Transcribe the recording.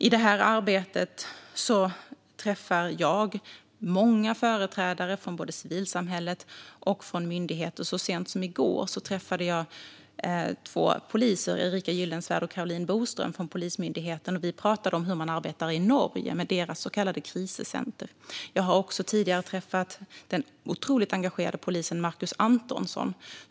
I det arbetet träffar jag många företrädare från civilsamhället och från myndigheter. Så sent som i går träffade jag två poliser - Erika Gyllenswärd och Caroline Boström - från Polismyndigheten. Vi talade om hur man arbetar i Norge med deras så kallade Krisesenter. Jag har också tidigare träffat den otroligt engagerade polisen Markus Antonsson.